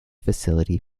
facility